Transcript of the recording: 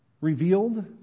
revealed